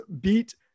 beat